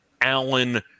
Allen